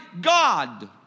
God